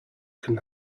can